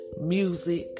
music